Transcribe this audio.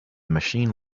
machine